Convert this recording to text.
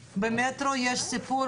במטרו יש גם את הסיפור,